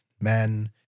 men